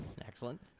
Excellent